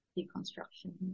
Deconstruction